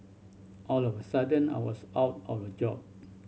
all of a sudden I was out of a job